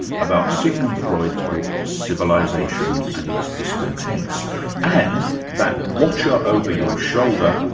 about sigmund freud's book civilisation and its discontents and that watcher over your shoulder,